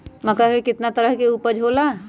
मक्का के कितना तरह के उपज हो ला?